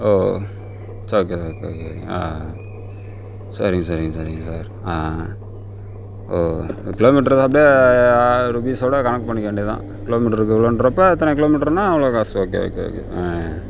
ஓ ஓ சேரி okay sir okay okay ஆ ஆ சரிங் சரிங் சரிங்க சார் ஆ ஆ ஓ ஓ ஒரு கிலோமீட்டருக்கு அப்டியே ருபிஸ் ஓட கணக்கு பண்ணிக்க வேண்டிய தான் கிலோமீட்டருக்கு இவ்ளோன்றப்ப இத்தனை கிலோமீட்டருன்னா அவ்வளோ காசு ஓகே ஓகே ஓகே